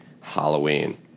Halloween